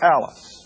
Alice